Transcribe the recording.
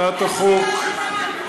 הצעת החוק,